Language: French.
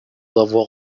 avoir